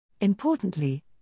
Importantly